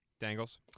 Dangles